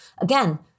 Again